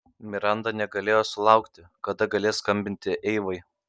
miranda negalėjo sulaukti kada galės skambinti eivai